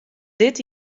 dit